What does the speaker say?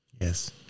Yes